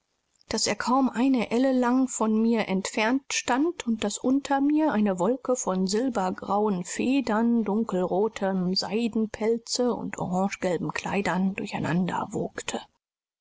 daß er kaum eine elle lang von mir entfernt stand und daß unter mir eine wolke von silbergrauen federn dunkelrotem seidenpelze und orangegelben kleidern durcheinander wogte